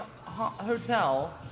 hotel